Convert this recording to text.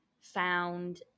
found